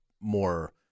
more